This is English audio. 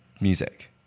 music